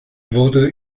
wurde